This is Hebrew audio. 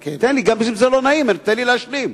גם אם זה לא נעים, תן לי להשלים.